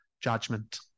judgment